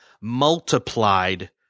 multiplied